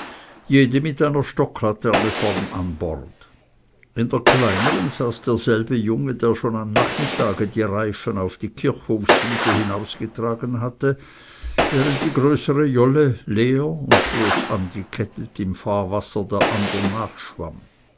jede mit einer stocklaterne vorn an bord in der kleineren saß derselbe junge der schon am nachmittage die reifen auf die kirchhofswiese hinausgetragen hatte während die größere jolle leer und bloß angekettet im fahrwasser der anderen